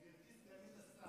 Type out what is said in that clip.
גברתי סגנית השר,